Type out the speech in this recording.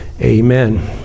amen